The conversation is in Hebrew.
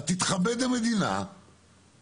אז תתכבד המדינה ותיתן בדיקות.